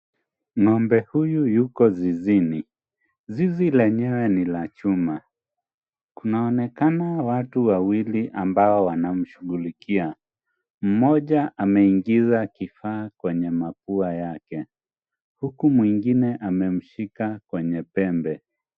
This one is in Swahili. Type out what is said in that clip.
Ng'ombe huyu yuko zizini. Zizi lenyewe ni la chuma. Kunaonekana watu wawili ambao wanamshughulikia. Mmoja ameingiza kifaa kwenye mapua yake huku mwingine amemshika kwenye pembe.